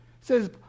says